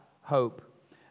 hope